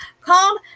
called